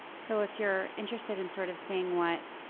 so if you're interested in sort of seeing what